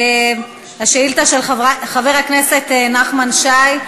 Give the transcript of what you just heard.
השאילתה של חבר הכנסת נחמן שי.